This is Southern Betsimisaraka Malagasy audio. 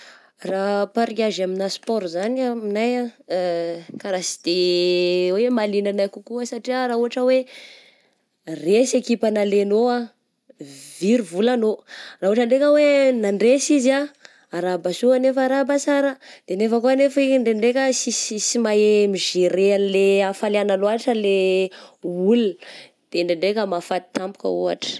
Raha pariage amigna sport izany aminay karaha sy de hoe mahaliana anay kokoa satria raha ohatra hoe resy ekipa nalainao ah, very volanao, raha ohatra ndraika hoe nandresy izy ah arahaba soa anefa arahaba sara, de nefa koa nefa igny ndraindraika sisy sy mahey mi-gerer anle hafaliagna loatra le olona de ndraindraika mahafaty tampoka ohatra.